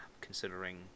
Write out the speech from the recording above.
Considering